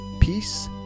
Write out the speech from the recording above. peace